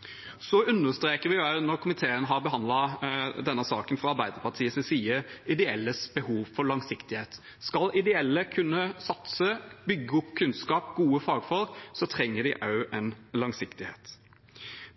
komiteen behandlet saken, understreket vi fra Arbeiderpartiets side de ideelles behov for langsiktighet. Skal ideelle kunne satse, bygge opp kunnskap og få gode fagfolk, trenger de også langsiktighet.